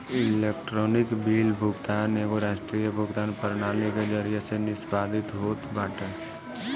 electronic bill भुगतान एगो राष्ट्रीय भुगतान प्रणाली के जरिया से निष्पादित होत बाटे